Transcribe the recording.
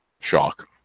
shock